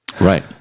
Right